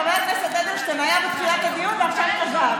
חבר הכנסת אדלשטיין היה בתחילת הדיון ועכשיו חזר.